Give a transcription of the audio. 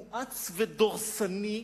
מואץ ודורסני.